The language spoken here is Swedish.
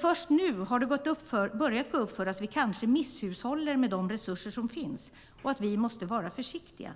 Först nu har det börjat gå upp för oss att vi kanske misshushållar med de resurser som finns och att vi måste vara försiktiga.